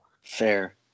Fair